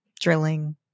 drilling